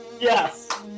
Yes